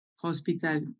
hospital